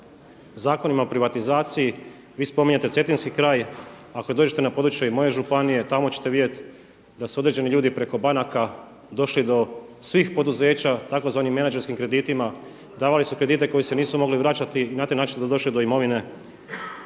Zakonima o privatizaciji vi spominjete cetinski kraj. Ako dođete na područje i moje županije tamo ćete vidjeti da su određeni ljudi preko banaka došli do svih poduzeća tzv. menadžerskim kreditima, davali su kredite koji se nisu mogli vraćati i na taj način su došli do imovine